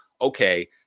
okay